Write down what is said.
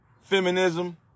feminism